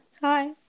Hi